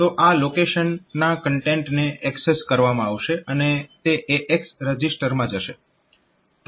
તો આ લોકેશનના કન્ટેન્ટને એક્સેસ કરવામાં આવશે અને તે AX રજીસ્ટરમાં જશે